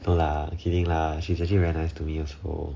no lah kidding lah she's actually very nice to me also